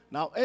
Now